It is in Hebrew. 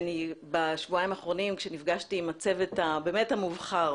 בשבועיים האחרונים כשנפגשתי עם הצוות המובחר